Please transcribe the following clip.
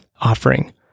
offering